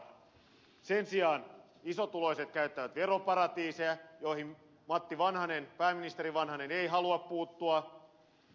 sen sijaan isotuloiset käyttävät veroparatiiseja joihin pääministeri vanhanen ei halua puuttua